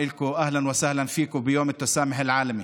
אהלן וסהלן לכם ביום הסובלנות